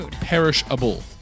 perishable